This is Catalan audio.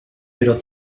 però